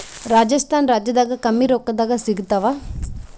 ರಾಜಸ್ಥಾನ ರಾಜ್ಯದಾಗ ಕಮ್ಮಿ ರೊಕ್ಕದಾಗ ಸಿಗತ್ತಾವಾ?